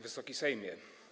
Wysoki Sejmie!